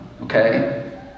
okay